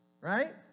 right